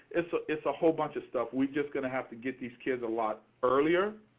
it's ah it's a whole bunch of stuff, we're just going to have to get these kids a lot earlier.